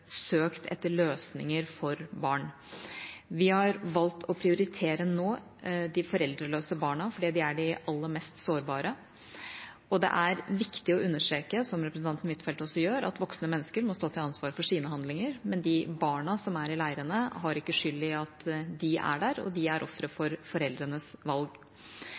søkt etter løsninger for barn. Vi har nå valgt å prioritere de foreldreløse barna, for de er aller mest sårbare. Det er viktig å understreke, som representanten Huitfeldt også gjør, at voksne mennesker må stå til ansvar for sine handlinger, men de barna som er i leirene, har ikke skyld i at de er der. De er ofre for foreldrenes valg.